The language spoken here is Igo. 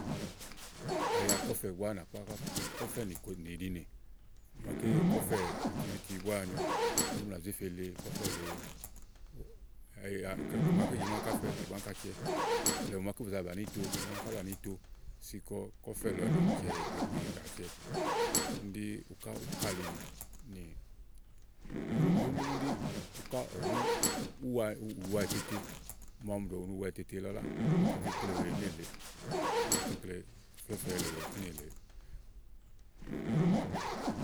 A ya kɔ́fɛ̀ búá nàkpá búá ku. kɔ́fɛ nìɖinè úni màaké kɔ̀fɛ atibíti búá ani úni bú nà zé fe le kɔ̀fɛ̀ lèe e ya ìgbè màaké kɔ́fɛ̀ áŋká fɛ tè bú nà zé fe gbe. blɛ̀ɛ mò màaké bù za bàni íto tè bú nàá áŋká banìi íto si kɔ kɔfɛ̀ lɔ nàcɛ ìgbegbe nàcɛ úni ɖí úkàlinì nì úni ɖí uká ɔwú úwa ù wa ètè te. màa ɔmi ɖo ni ù wa ètete lɔ lá, ówò tè kè ikle wèe nélèeè, ówò tè ikle fɛ́fɛɛ le wèe kínì èleè.